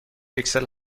اکسل